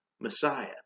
Messiah